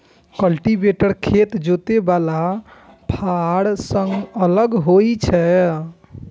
cultivator खेत जोतय बला फाड़ सं अलग होइ छै